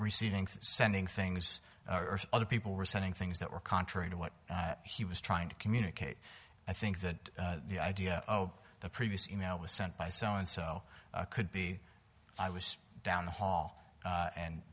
receiving sending things or other people were sending things that were contrary to what he was trying to communicate i think that the idea oh the previous email was sent by so and so could be i was down the hall